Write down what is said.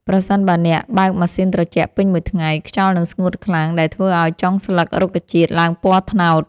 ប្រសិនបើអ្នកបើកម៉ាស៊ីនត្រជាក់ពេញមួយថ្ងៃ ខ្យល់នឹងស្ងួតខ្លាំង ដែលធ្វើឱ្យចុងស្លឹករុក្ខជាតិឡើងពណ៌ត្នោត។